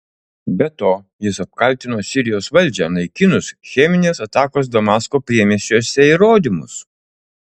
be to jis apkaltino sirijos valdžią naikinus cheminės atakos damasko priemiesčiuose įrodymus